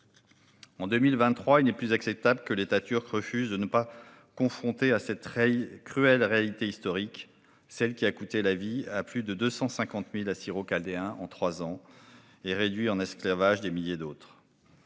En 2023, il n'est plus acceptable que l'État turc refuse de se confronter à cette cruelle réalité historique, celle qui a coûté la vie à plus de 250 000 Assyro-Chaldéens en trois ans et réduit en esclavage des milliers d'autres.